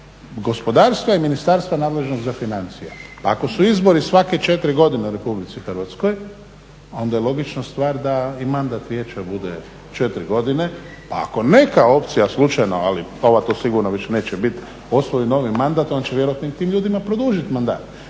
gospodarstva i ministarstva nadležnog za financije. Pa ako su izbori svake 4 godine u RH onda je logična stvar da i mandat vijeća bude 4 godine pa ako neka opcija slučajno ali ova to sigurno neće biti, osvoji novi mandat onda će vjerojatno i tim ljudima produžiti mandat.